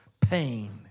pain